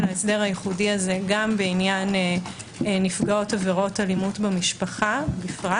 ההסדר הייחודי הזה גם בעניין נפגעות עבירות אלימות במשפחה בפרט.